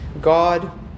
God